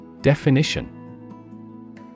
Definition